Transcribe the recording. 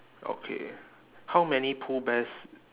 okay how many pooh bears